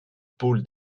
pôle